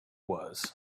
was